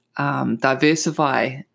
Diversify